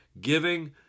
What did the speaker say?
giving